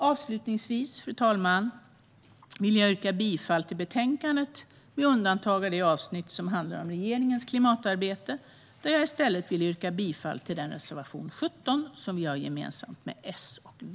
Avslutningsvis, fru talman, yrkar jag bifall till förslaget i betänkandet med undantag av det avsnitt som handlar om regeringens klimatarbete, där jag i stället vill yrka bifall till reservation 17 som vi har gemensamt med S och V.